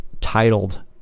titled